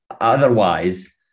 otherwise